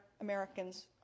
Americans